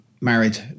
married